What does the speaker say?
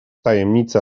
tajemnicę